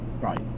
right